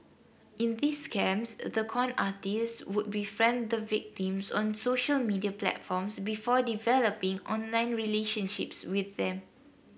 in these scams the con artists would befriend the victims on social media platforms before developing online relationships with them